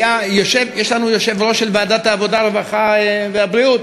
יש לנו יושב-ראש של ועדת העבודה, הרווחה והבריאות.